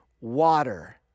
water